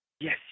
Yes